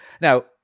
now